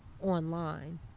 online